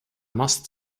must